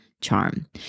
charm